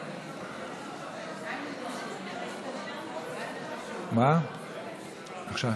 השר משולם נהרי, בבקשה.